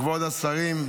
כבוד השרים,